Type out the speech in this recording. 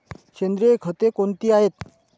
सेंद्रिय खते कोणती आहेत?